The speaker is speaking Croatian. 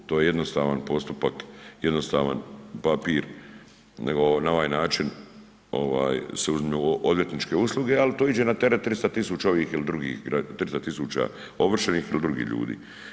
To je jednostavan postupak, jednostavan papir, nego na ovaj način se ovaj uzmu odvjetničke usluge, al to iđe na teret 300.000 ovih il drugih, 300.000 ovršenih ili drugih ljudi.